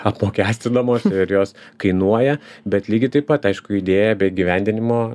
apmokestinamos ir jos kainuoja bet lygiai taip pat aišku idėja be įgyvendinimo